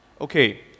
Okay